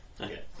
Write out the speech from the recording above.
Okay